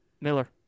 Miller